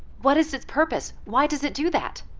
what is its purpose? why does it do that?